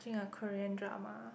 ~ching a Korean drama